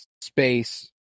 space